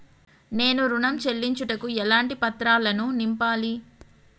నేను ఋణం చెల్లించుటకు ఎలాంటి పత్రాలను నింపాలి?